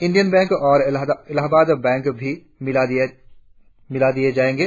Indian bank और Allahabad bank भी मिला दिए जाएंगे